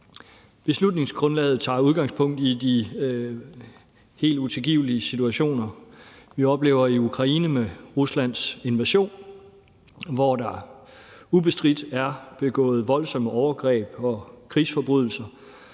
Beslutningsforslaget tager udgangspunkt i de helt utilgivelige situationer, vi oplever i Ukraine med Ruslands invasion, hvor der ubestridt er begået voldsomme overgreb og krigsforbrydelser.